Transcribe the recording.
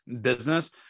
business